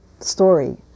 story